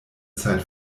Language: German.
zeit